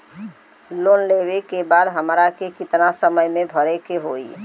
Loan लेवे के बाद हमरा के कितना समय मे भरे के होई?